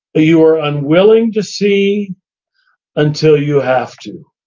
you are unwilling to see until you have to,